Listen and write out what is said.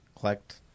collect